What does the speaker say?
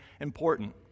important